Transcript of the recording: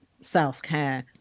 self-care